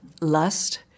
lust